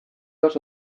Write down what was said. doaz